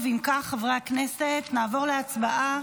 אם כך, חברי הכנסת, נעבור להצבעה.